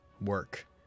work